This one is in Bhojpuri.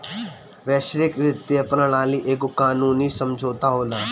वैश्विक वित्तीय प्रणाली एगो कानूनी समुझौता होला